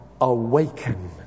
awaken